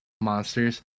monsters